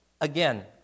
again